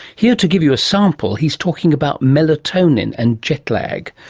here to give you a sample he's talking about melatonin and jetlag.